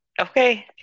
Okay